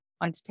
on